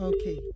Okay